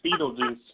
Beetlejuice